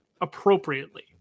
appropriately